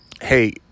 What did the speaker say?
hey